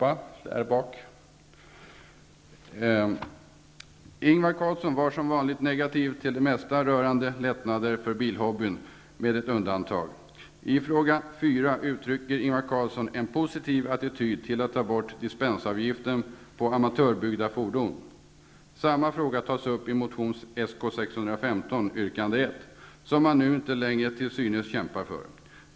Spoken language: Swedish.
Ingvar Carlsson var som vanligt negativ till det mesta rörande lättnader för bilhobbyn, med ett undantag. I en fråga uttrycker Ingvar Carlsson en positiv attityd, nämligen att ta bort dispensavgiften på amatörbyggda fordon. Samma fråga tas upp i motion Sk615 yrkande 1 som man nu inte längre till synes kämpar för.